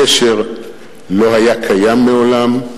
הקשר לא היה קיים מעולם,